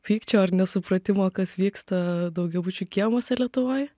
pykčio ar nesupratimo kas vyksta daugiabučių kiemuose lietuvoj